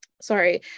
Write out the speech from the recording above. sorry